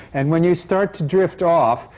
and when you start to drift off,